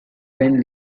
then